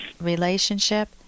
relationship